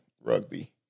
rugby